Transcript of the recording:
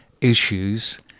issues